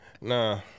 Nah